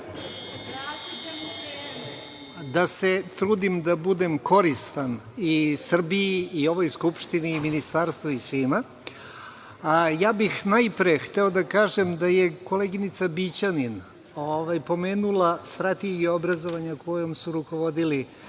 da se trudim da budem koristan i Srbiji i ovoj Skupštini i Ministarstvu i svima. Ja bih najpre hteo da kažem da je koleginica Bićanin pomenula Strategiju obrazovanja kojom su rukovodili